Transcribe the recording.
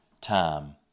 time